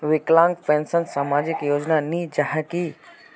विकलांग पेंशन सामाजिक योजना नी जाहा की?